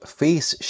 face